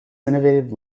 innovative